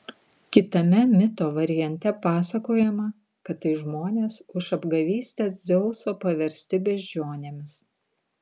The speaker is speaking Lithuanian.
kitame mito variante pasakojama kad tai žmonės už apgavystes dzeuso paversti beždžionėmis